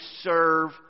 serve